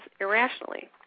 irrationally